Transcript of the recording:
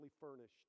furnished